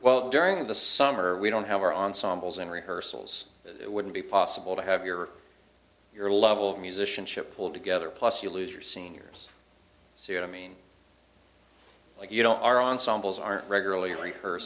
well during the summer we don't have our ensembles in rehearsals it wouldn't be possible to have your your level of musicianship pulled together plus you lose your seniors so you know i mean but you don't are ensembles aren't regularly